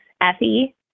Effie